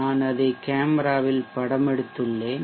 நான் அதை கேமராவில் படமெடுத்துள்ளேன்